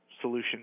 solution